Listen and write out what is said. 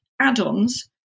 add-ons